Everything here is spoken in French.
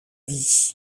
vie